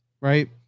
right